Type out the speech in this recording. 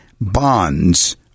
bonds